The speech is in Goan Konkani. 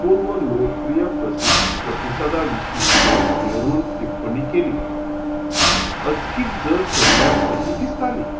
अपूर्व लोकप्रिय प्रसि प्रतिसादा विशीं नेहरून टिप्पणी केली अचकीत झर सोडल्या अशी दिसताली